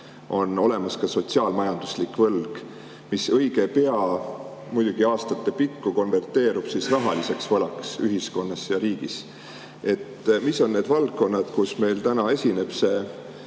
olemas ka sotsiaal-majanduslik võlg, mis õige pea, muidugi aastate pikku, konverteerub rahaliseks võlaks ühiskonnas ja riigis. Mis on need valdkonnad, kus meil esineb see